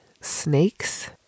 snakes